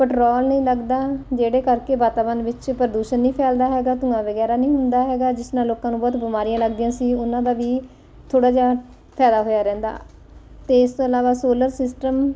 petrol ਨਹੀਂ ਲੱਗਦਾ ਜਿਹਦੇ ਕਰਕੇ ਵਾਤਾਵਰਨ ਵਿੱਚ ਪ੍ਰਦੂਸ਼ਣ ਨਹੀਂ ਫੈਲਦਾ ਹੈਗਾ ਧੂੰਆਂ ਵਗੈਰਾ ਨਹੀਂ ਹੁੰਦਾ ਹੈਗਾ ਜਿਸ ਨਾਲ ਲੋਕਾਂ ਨੂੰ ਬਹੁਤ ਬਿਮਾਰੀਆਂ ਲੱਗਦੀਆਂ ਸੀ ਉਹਨਾਂ ਦਾ ਵੀ ਥੋੜ੍ਹਾ ਜਿਹਾ ਫਾਇਦਾ ਹੋਇਆ ਰਹਿੰਦਾ ਅਤੇ ਇਸ ਤੋਂ ਇਲਾਵਾ ਸੋਲਰ ਸਿਸਟਮ